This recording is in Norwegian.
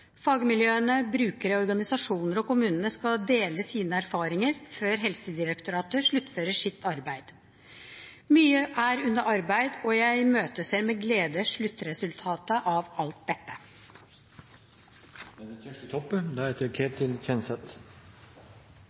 Fagmiljøene, brukerne, organisasjonene og kommunene skal dele sine erfaringer før Helsedirektoratet sluttfører sitt arbeid. Mye er under arbeid, og jeg imøteser med glede sluttresultatet av alt dette.